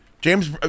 James